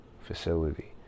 facility